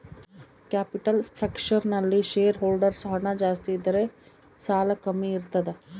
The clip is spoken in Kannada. ಕ್ಯಾಪಿಟಲ್ ಸ್ಪ್ರಕ್ಷರ್ ನಲ್ಲಿ ಶೇರ್ ಹೋಲ್ಡರ್ಸ್ ಹಣ ಜಾಸ್ತಿ ಇದ್ದರೆ ಸಾಲ ಕಮ್ಮಿ ಇರ್ತದ